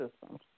systems